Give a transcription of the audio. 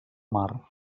mar